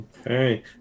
okay